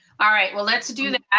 all right, well let's do that.